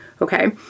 okay